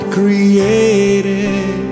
created